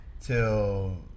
till